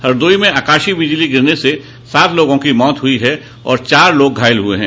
हरदोई में आकाशीय बिजली गिरने से सात लोगों की मौत हुई है और चार लोग घायल हुए हैं